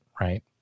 right